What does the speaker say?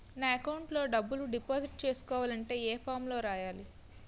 నా అకౌంట్ లో డబ్బులు డిపాజిట్ చేసుకోవాలంటే ఏ ఫామ్ లో రాయాలి?